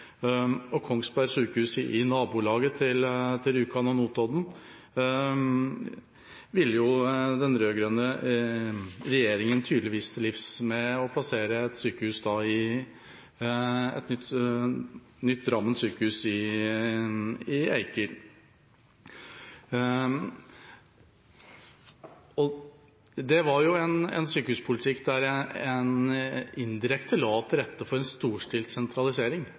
Kongsberg sykehus i nabolaget til Rjukan og Notodden ville den rød-grønne regjeringa tydeligvis til livs, ved å plassere et nytt Drammen sykehus i Eiker. Det var en sykehuspolitikk der en indirekte la til rette for en storstilt sentralisering